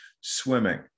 Swimming